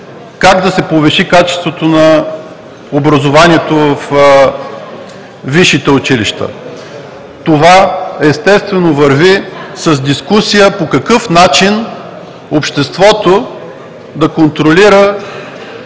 как да се повиши качеството на образованието във висшите училища. Това, естествено, върви с дискусия по какъв начин обществото да контролира